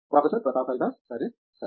professor Pratap Haridas సరే సరే